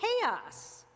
chaos